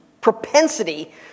propensity